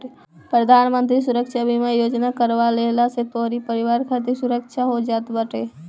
प्रधानमंत्री सुरक्षा बीमा योजना करवा लेहला से तोहरी परिवार खातिर सुरक्षा हो जात बाटे